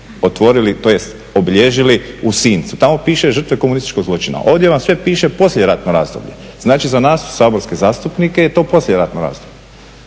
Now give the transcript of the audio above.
otvorili, tj obilježili u Sincu, tamo piše žrtve komunističkog zločina. Ovdje vam sve piše poslijeratno razdoblje, znači za nas saborske zastupnike je to poslijeratno razdbolje.